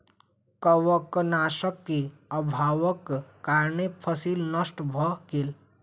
कवकनाशक के अभावक कारणें फसील नष्ट भअ गेल